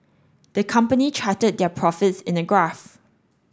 the company charted their profits in a graph